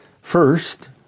First